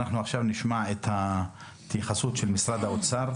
עכשיו נשמע את ההתייחסות של משרד האוצר.